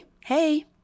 Hey